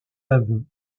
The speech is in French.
aveux